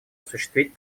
осуществить